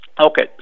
okay